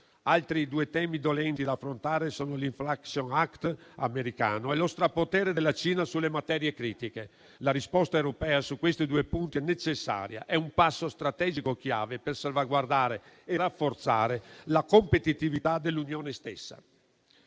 Altri due temi dolenti da affrontare sono l'Inflation reduction act americano e lo strapotere della Cina sulle materie critiche. La risposta europea su questi due punti è necessaria, è un passo strategico chiave per salvaguardare e rafforzare la competitività dell'Unione stessa.